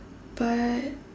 but